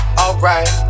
alright